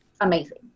amazing